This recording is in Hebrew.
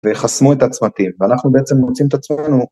ויחסמו את העצמתים, ואנחנו בעצם מוצאים את עצמנו.